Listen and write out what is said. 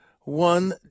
one